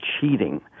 cheating